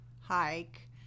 hike